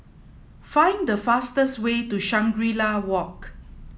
find the fastest way to Shangri La Walk